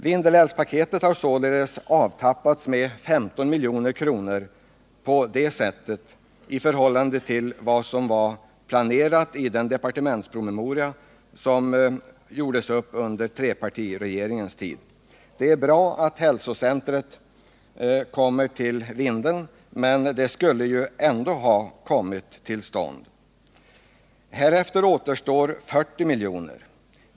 Vindeälvspaketet har således på det sättet avtappats på 15 milj.kr. i förhållande till vad som var planerat i den departmentspromemoria som gjordes upp under trepartiregeringens tid. Det är bra att ett hälsocenter kommer till Vindeln, men det skulle ändå ha kommit till stånd. Härefter återstår 40 milj.kr.